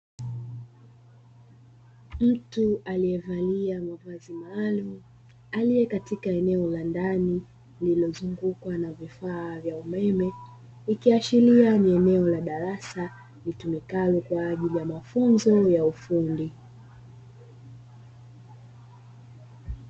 Mtu aliyevalia mavazi maalumu katika eneo la ndani lililozungukwa na vifaa vya umeme, ikiashiria ni eneo la darasa litumikalo kwa ajili ya mafunzo ya ufundi.